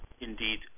indeed